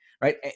Right